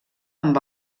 amb